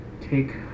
take